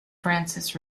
francis